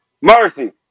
Mercy